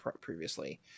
previously